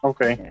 Okay